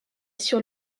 sur